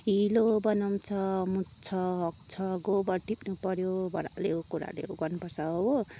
हिलो बनाउँछ मुत्छ हग्छ गोबर टिप्नु पऱ्यो बडाल्यो कुडाल्यो गर्नुपर्छ हो